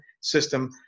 system